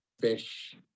fish